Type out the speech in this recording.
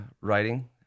writing